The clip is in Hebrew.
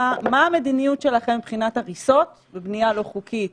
מה המדיניות שלכם מבחינת הריסות בבנייה לא חוקית